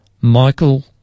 Michael